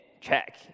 check